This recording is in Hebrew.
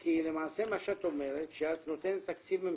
כי למעשה מה שאת אומרת, שאת נותנת תקציב ממשלתי.